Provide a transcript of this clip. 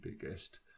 biggest